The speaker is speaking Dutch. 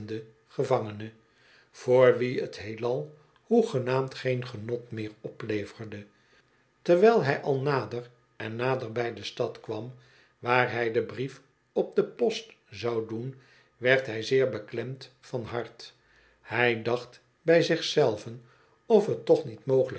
gevangene voor wien t heelal hoegenaamd geen genot meer opleverde terwijl hij al nader en nader bij de stad kwam waar hij den brief op do post zou doen werd hij zeer beklemd van hart hij dacht bij zich zelven of t toch niet